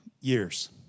years